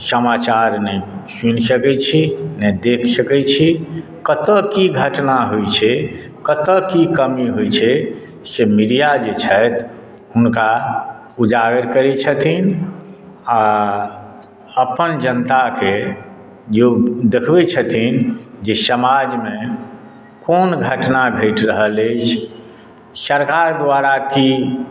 समाचार नहि सुनि सकैत छी ने देख सकैत छी कतय की घटना होइत छै कतय की कमी होइत छै से मीडिया जे छथि हुनका उजागर करैत छथिन आ अपन जनताकेँ जे ओ देखबैत छथिन जे समाजमे कोन घटना घटि रहल अछि सरकार द्वारा की